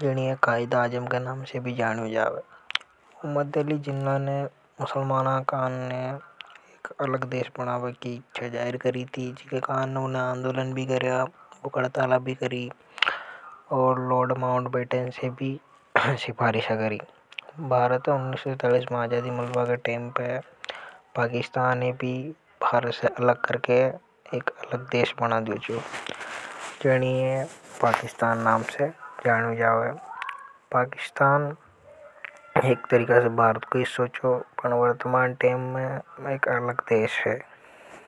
जानिए कायदा हाज़म के नाव से भी जानियों जावे मोहम्मद अली जिन्ना ने मुसलमान काने अलग देश बनाना की इच्छा जाहिर की थी। इक काने उने आंदोलन भी करिया भूख हड़ताल भी करि और लॉर्ड माउंटबेटन से भी सिफारिश करि भारत है उन्नीस सौ सैंतालिस में आजादी मलबा के टेम पे पाकिस्तान है भी भारत से अलग करके एक अलग देश बना दियो छो जानिए पाकिस्तान नाम से जानियों जावे।